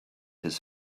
his